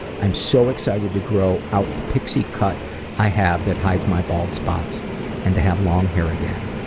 i'm so excited to grow out the pixie cut i have that hides my bald spots and to have long hair again.